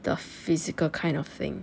the physical kind of thing